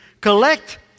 Collect